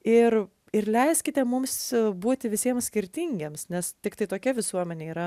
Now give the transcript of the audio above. ir ir leiskite mums būti visiem skirtingiems nes tiktai tokia visuomenė yra